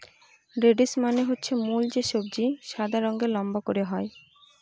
radish মানে হচ্ছে মূল যে সবজি সাদা রঙের লম্বা করে হয়